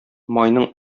майның